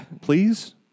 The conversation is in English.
Please